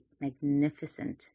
magnificent